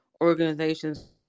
organizations